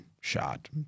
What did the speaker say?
shot